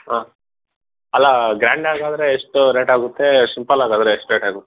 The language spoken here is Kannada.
ಹಾಂ ಅಲ್ಲ ಗ್ರ್ಯಾಂಡಾಗಾದರೆ ಎಷ್ಟು ರೇಟಾಗುತ್ತೆ ಸಿಂಪಲ್ಲಾಗಿ ಆದರೆ ಎಷ್ಟು ರೇಟಾಗುತ್ತೆ